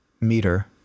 meter